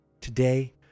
Today